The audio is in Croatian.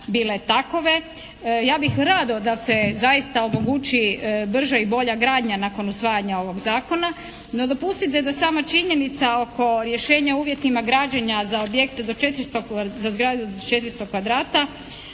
Ja bih rado da se zaista omogući brža i bolja gradnja nakon usvajanja ovog zakona. No dopustite da sama činjenica oko rješenja o uvjetima građenja za objekte za izgradnju do 400 kvadrata